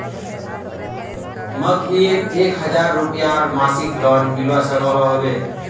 मकईर एक हजार रूपयार मासिक लोन मिलवा सकोहो होबे?